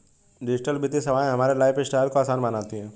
digital वित्तीय सेवाएं हमारे लाइफस्टाइल को आसान बनाती हैं